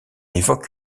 évoquent